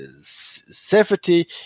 safety